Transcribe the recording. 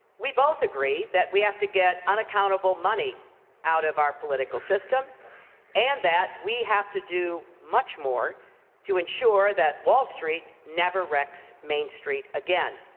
we both agree that we have to get unaccountable money out of our political system and that we have to do much more to ensure that wall street never wrecks main street again.